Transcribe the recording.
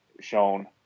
shown